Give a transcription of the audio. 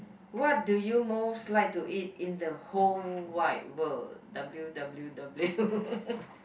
what do you most like to eat in the whole wide world W W W